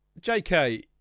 JK